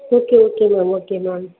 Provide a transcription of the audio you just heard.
okay okay ma'am okay ma'am